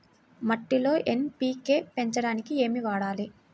మట్టిలో ఎన్.పీ.కే పెంచడానికి ఏమి వాడాలి?